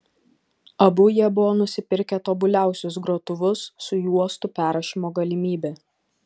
abu jie buvo nusipirkę tobuliausius grotuvus su juostų perrašymo galimybe